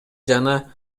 жана